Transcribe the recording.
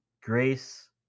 grace